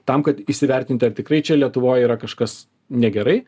tam kad įsivertint ar tikrai čia lietuvoj yra kažkas negerai